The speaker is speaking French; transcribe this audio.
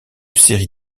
série